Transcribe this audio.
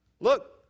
Look